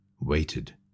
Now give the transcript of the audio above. waited